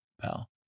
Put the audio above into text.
pal